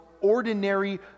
ordinary